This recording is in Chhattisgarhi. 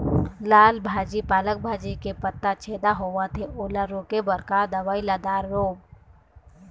लाल भाजी पालक भाजी के पत्ता छेदा होवथे ओला रोके बर का दवई ला दारोब?